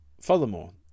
Furthermore